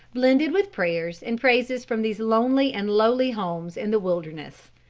blended with prayers and praises from these lonely and lowly homes in the wilderness.